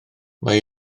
mae